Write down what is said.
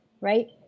right